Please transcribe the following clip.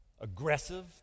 Aggressive